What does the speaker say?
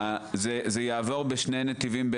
זה יעבור בשני נתיבים.